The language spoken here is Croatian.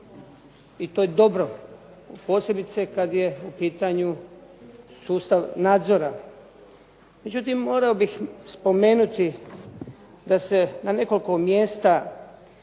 i to je dobro posebice kada je u pitanju sustav nadzora, međutim, morao bih spomenuti da se na nekoliko mjesta